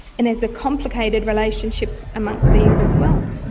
and there's a complicated relationship amongst these as well.